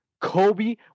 Kobe